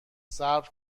صبر